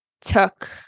took